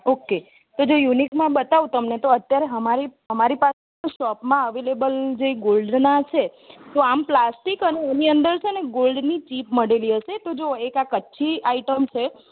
okay તો જો યુનિકમાં બતાવું તમને તો અત્યારે હમારી અમારી પાસે શોપમાં અવેલેબલ જે ગોલ્ડના છે તો આમ પ્લાસ્ટિક અને એની અંદર છે ને ગોલ્ડની ચિપ મઢેલી હશે તો જુઓ એક આ કચ્છી આઇટમ છે